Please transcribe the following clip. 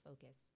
focus